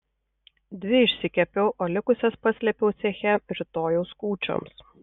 dvi išsikepiau o likusias paslėpiau ceche rytojaus kūčioms